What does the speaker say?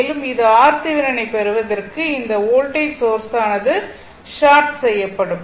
மேலும் இது RThevenin ஐப் பெறுவதற்கு இந்த வோல்டேஜ் சோர்ஸானது ஷார்ட் செய்யப்படும்